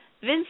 Vince